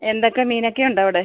എന്തൊക്കെ മീനൊക്കെയുണ്ടവിടെ